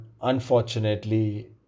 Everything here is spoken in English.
unfortunately